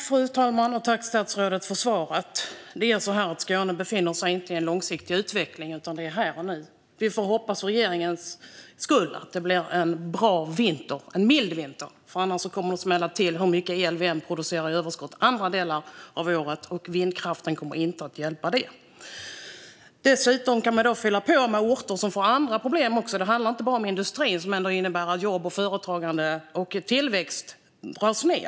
Fru talman! Tack, statsrådet, för svaret! Skåne befinner sig inte i en långsiktig utveckling, utan detta är här och nu. Vi får hoppas för regeringens skull att det blir en bra vinter, en mild vinter. Annars kommer det att smälla till, hur mycket el vi än producerar i överskott andra delar av året, och vindkraften kommer inte att hjälpa där. Dessutom kan vi fylla på med orter som får andra problem. Det handlar inte bara om problem för industrin som innebär att jobb, företagande och tillväxt dras ned.